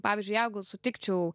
pavyzdžiui jeigu sutikčiau